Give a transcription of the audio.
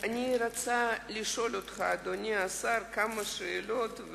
אדוני השר, אני רוצה לשאול אותך כמה שאלות.